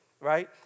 right